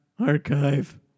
Archive